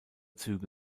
züge